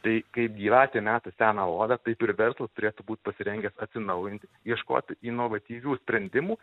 tai kaip gyvatė meta seną odą taip ir verslas turėtų būt pasirengęs atsinaujint ieškoti inovatyvių sprendimų